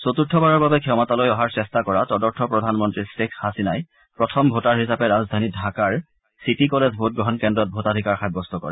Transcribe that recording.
চতুৰ্থবাৰৰ বাবে ক্ষমতালৈ অহাৰ চেষ্টা কৰা তদৰ্থ প্ৰধানমন্ত্ৰী শ্বেখ হাছিনাই প্ৰথম ভোটাৰ হিচাপে ৰাজধানী ঢাকাৰ চিটি কলেজ ভোট গ্ৰহণ কেন্দ্ৰত ভোটাধিকাৰ সাব্যস্ত কৰে